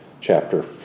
chapter